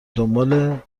دنبال